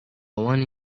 one